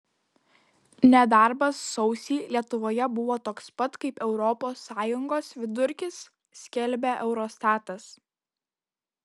nedarbas sausį lietuvoje buvo toks pat kaip europos sąjungos vidurkis skelbia eurostatas